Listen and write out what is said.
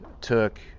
took